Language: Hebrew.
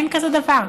אין כזה דבר.